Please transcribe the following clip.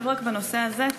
אפשר להרחיב רק בנושא הזה?